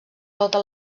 tota